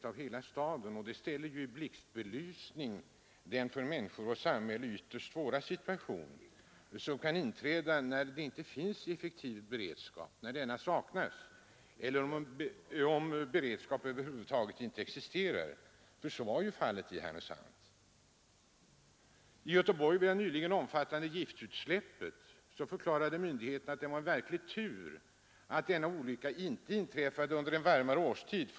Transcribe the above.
Vad som där hände ställer i fokus den för människor och samhälle ytterst svåra situation som kan inträda, när beredskapen inte är tillräckligt effektiv eller där någon beredskap över huvud taget inte existerar, som fallet tydligen var i Härnösand. I Göteborg vid det nyligen inträffade giftutsläppet förklarade myndigheterna att det var en verklig ”tur” att olyckan inte inträffade under en varmare årstid.